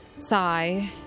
sigh